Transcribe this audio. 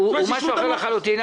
זה משהו אחר לחלוטין.